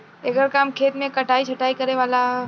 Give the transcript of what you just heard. एकर काम खेत मे कटाइ छटाइ करे वाला ह